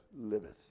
liveth